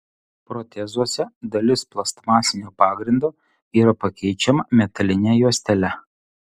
protezuose dalis plastmasinio pagrindo yra pakeičiama metaline juostele